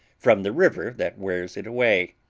from the river that wears it away.